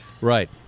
Right